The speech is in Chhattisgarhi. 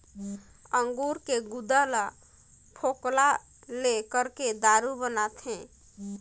अंगूर के गुदा ल फोकला ले करके दारू बनाथे